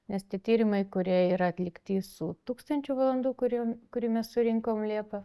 nes tie tyrimai kurie yra atlikti su tūkstančiu valandų kur jau kurį mes surinkom liepa